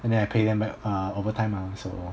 and then I pay them back uh over time ah so